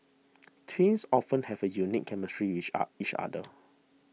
twins often have a unique chemistry with each other